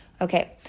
Okay